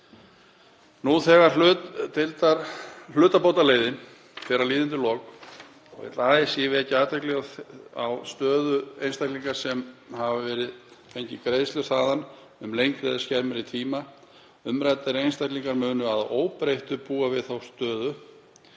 Nú þegar hlutabótaleiðin fer að líða undir lok vill ASÍ vekja athygli á stöðu einstaklinga sem hafa fengið greiðslur þaðan um lengri eða skemmri tíma. Umræddir einstaklingar munu að óbreyttu búa við þá stöðu